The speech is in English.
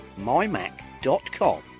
mymac.com